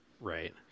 right